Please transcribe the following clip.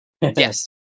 Yes